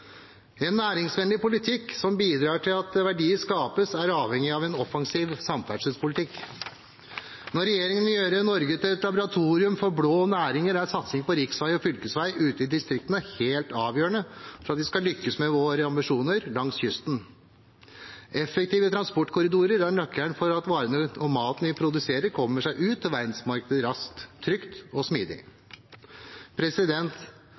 En næringsvennlig politikk som bidrar til at verdier skapes, er avhengig av en offensiv samferdselspolitikk. Når regjeringen vil gjøre Norge til et laboratorium for blå næringer, er satsing på riksvei og fylkesvei ute i distriktene helt avgjørende for at vi skal lykkes med våre ambisjoner langs kysten. Effektive transportkorridorer er nøkkelen for at varene og maten vi produserer, kommer seg ut i verdensmarkedet raskt, trygt og smidig.